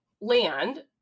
land